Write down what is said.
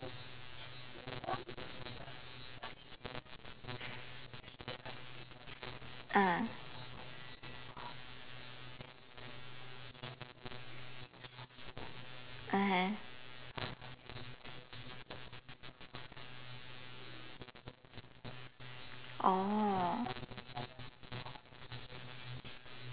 ah (uh huh) oh